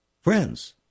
Friends